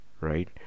right